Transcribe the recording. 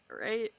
right